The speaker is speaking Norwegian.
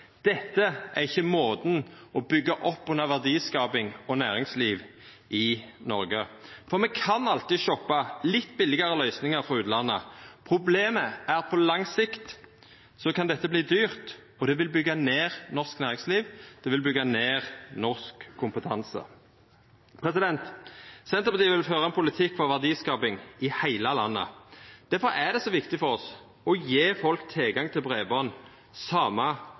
Dette er ikkje måten å byggja opp under verdiskaping og næringsliv i Noreg på. Me kan alltid shoppa litt billigare løysingar frå utlandet. Problemet er at på lang sikt kan dette verta dyrt, og det vil byggja ned norsk næringsliv, det vil byggja ned norsk kompetanse. Senterpartiet vil føra ein politikk for verdiskaping i heile landet. Difor er det så viktig for oss å gje folk tilgang til breiband, same